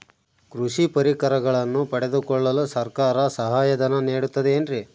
ಕೃಷಿ ಪರಿಕರಗಳನ್ನು ಪಡೆದುಕೊಳ್ಳಲು ಸರ್ಕಾರ ಸಹಾಯಧನ ನೇಡುತ್ತದೆ ಏನ್ರಿ?